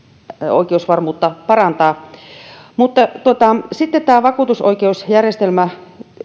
oikeusvarmuutta parantaa sitten vakuutusoikeusjärjestelmä